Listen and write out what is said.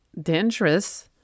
dangerous